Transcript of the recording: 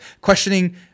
questioning